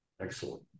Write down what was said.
Excellent